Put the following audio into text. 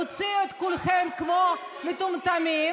הוציאו את כולכם כמו מטומטמים,